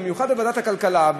במיוחד בוועדת הכלכלה,